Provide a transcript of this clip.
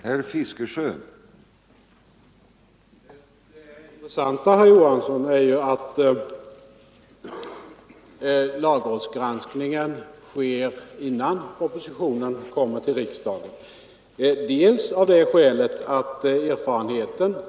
Herr talman! Det intressanta, herr Johansson i Trollhättan, är ju att lagrådsgranskningen sker innan propositionen kommer till riksdagen.